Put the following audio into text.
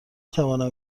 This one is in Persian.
توانم